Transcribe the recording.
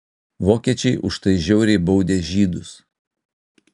vokiečiai už tai žiauriai baudė žydus